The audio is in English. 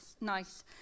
nice